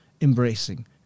embracing